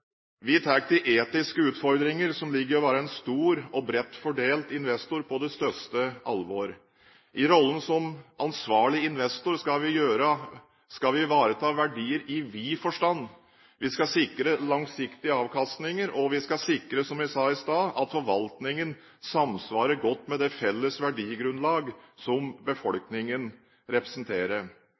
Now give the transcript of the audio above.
ytterligere. Vi tar de etiske utfordringer som ligger i å være en stor og bredt fordelt investor, på det største alvor. I rollen som ansvarlig investor skal vi ivareta verdier i vid forstand: Vi skal sikre langsiktige avkastninger, og vi skal sikre – som jeg sa i stad – at forvaltningen samsvarer godt med det felles verdigrunnlag som befolkningen representerer.